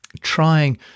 trying